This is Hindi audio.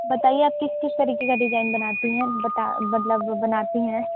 बताइए आप किस किस तरीके का डिज़ाईन बनाती हैं बता मतलब बनाती हैं